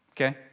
okay